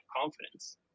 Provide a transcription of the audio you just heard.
confidence